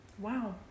Wow